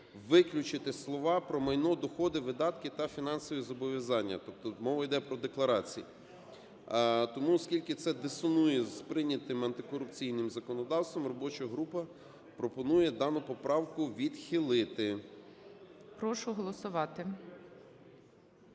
виключити слова "про майно, доходи, видатки та фінансові зобов'язання", тобто мова іде про декларації. Тому, оскільки це дисонує з прийнятим антикорупційним законодавством, робоча група пропонує дану поправку відхилити. ГОЛОВУЮЧИЙ. Прошу голосувати.